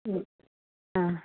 ആ